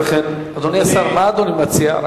אדוני השר, מה אדוני מציע?